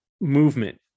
movement